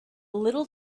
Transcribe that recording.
little